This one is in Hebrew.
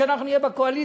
כשאנחנו נהיה בקואליציה,